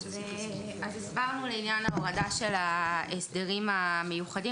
הסברנו לעניין ההורדה של ההסדרים המיוחדים,